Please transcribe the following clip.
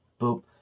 boop